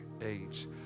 age